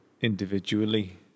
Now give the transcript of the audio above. individually